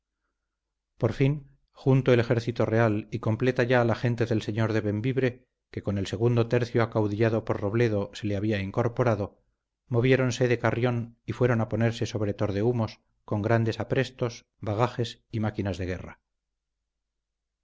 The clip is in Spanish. por fin junto el ejército real y completa ya la gente del señor de bembibre que con el segundo tercio acaudillado por robledo se le había incorporado moviéronse de carrión y fueron a ponerse sobre tordehumos con grandes aprestos bagajes y máquinas de guerra